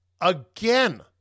again